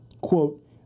quote